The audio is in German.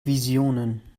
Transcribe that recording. visionen